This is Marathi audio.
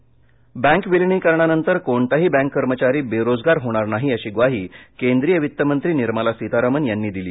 निर्मला बँक विलीनीकरणानंतर कोणताही बँक कर्मचारी बेरोजगार होणार नाही अशी ग्वाही केंद्रीय वित्तमंत्री निर्मला सितारामन् यांनी दिली